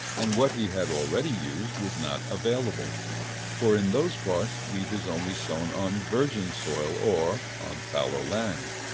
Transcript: and what he had already used was not available for in those parts wheat is only sown on virgin soil or on fallow land.